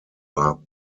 war